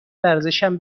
ورزشم